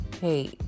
hey